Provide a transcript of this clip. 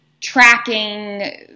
tracking